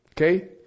Okay